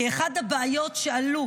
כי אחת הבעיות שעלו